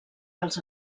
dels